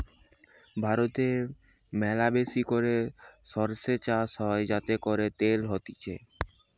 ভারতে ম্যালাবেশি করে সরষে চাষ হয় যাতে করে তেল হতিছে